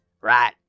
right